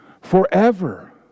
forever